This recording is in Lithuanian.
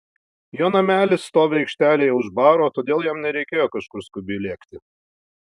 jo namelis stovi aikštelėje už baro todėl jam nereikėjo kažkur skubiai lėkti